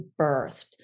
birthed